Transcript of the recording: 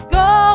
go